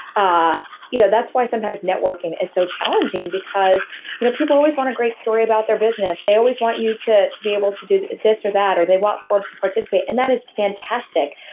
ah you know that's why sometimes networking is so challenging because you know people always want a great story about their business. they always want you to to be able to do this or that or they want forbes to participate. and that is fantastic.